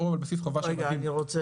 אני רוצה